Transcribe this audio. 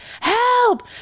help